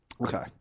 Okay